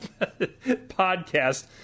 podcast